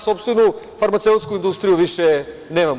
Sopstvenu farmaceutsku industriju više nemamo.